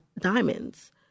diamonds